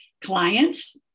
clients